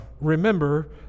remember